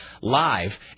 live